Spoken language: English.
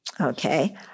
Okay